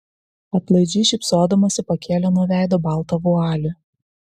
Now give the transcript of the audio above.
atlaidžiai šypsodamasi pakėlė nuo veido baltą vualį